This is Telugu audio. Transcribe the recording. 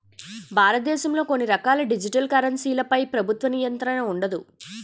భారతదేశంలో కొన్ని రకాల డిజిటల్ కరెన్సీలపై ప్రభుత్వ నియంత్రణ ఉండదు